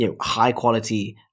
high-quality